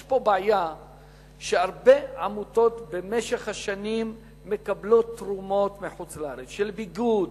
יש פה בעיה שהרבה עמותות מקבלות במשך השנים תרומות מחוץ-לארץ של ביגוד,